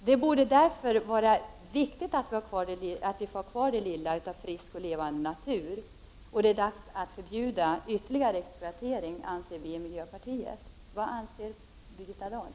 Det borde därför vara viktigt att ha kvar detta lilla av frisk och levande natur. Miljöpartiet anser att det är dags att förbjuda ytterligare exploatering. Vad anser Birgitta Dahl?